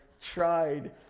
tried